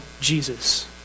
Jesus